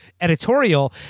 editorial